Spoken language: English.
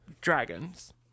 dragons